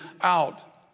out